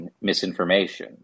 misinformation